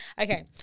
Okay